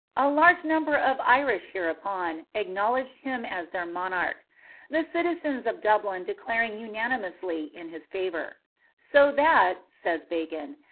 a large number of irish hereupon acknowledged him as their monarch the citizens of dublin declaring unanimously in his favour so that, says bacon,